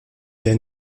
der